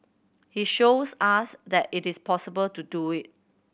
he shows us that it is possible to do it